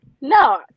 no